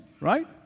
right